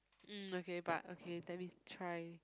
mm okay but okay let me try